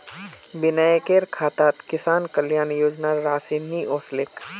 विनयकेर खातात किसान कल्याण योजनार राशि नि ओसलेक